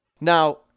Now